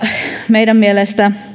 meidän mielestämme